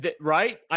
Right